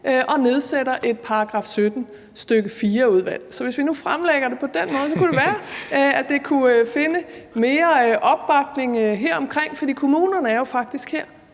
og nedsætter et § 17, stk. 4-udvalg. Så hvis vi nu fremlægger det på den måde, kunne det være, at det kunne finde mere opbakning heromkring, for kommunerne er jo faktisk her